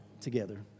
together